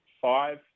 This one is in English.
five